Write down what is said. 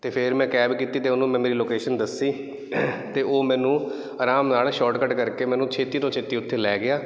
ਅਤੇ ਫਿਰ ਮੈਂ ਕੈਬ ਕੀਤੀ ਅਤੇ ਉਹਨੂੰ ਮੈਂ ਮੇਰੀ ਲੋਕੇਸ਼ਨ ਦੱਸੀ ਅਤੇ ਉਹ ਮੈਨੂੰ ਆਰਾਮ ਨਾਲ ਸ਼ੋਰਟਕੱਟ ਕਰਕੇ ਮੈਨੂੰ ਛੇਤੀ ਤੋਂ ਛੇਤੀ ਉੱਥੇ ਲੈ ਗਿਆ